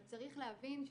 אבל צריך להבין,